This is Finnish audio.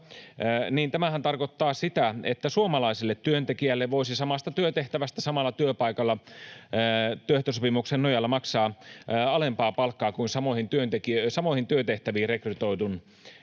niin tämähän tarkoittaa sitä, että suomalaiselle työntekijälle voisi samasta työtehtävästä samalla työpaikalla työehtosopimuksen nojalla maksaa alempaa palkkaa kuin samoihin työtehtäviin rekrytoidun henkilön